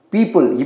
People